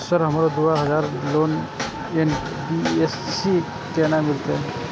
Sir हमरो दूय हजार लोन एन.बी.एफ.सी से केना मिलते?